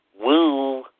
woo